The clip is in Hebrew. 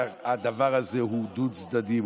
והדבר הזה הוא דו-צדדי.